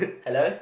hello